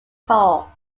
call